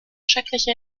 schreckliche